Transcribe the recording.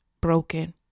broken